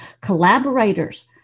collaborators